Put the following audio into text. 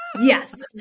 yes